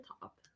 top